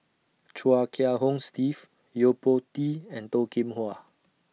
Chia Kiah Hong Steve Yo Po Tee and Toh Kim Hwa